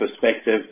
perspective